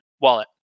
wallet